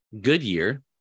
Goodyear